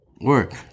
work